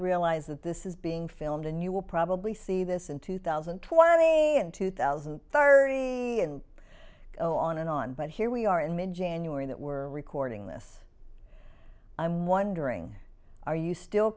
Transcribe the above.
realized that this is being filmed and you will probably see this in two thousand and twenty and two thousand and thirty and go on and on but here we are in mid january that were recording this i'm wondering are you still